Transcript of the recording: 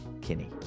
Kinney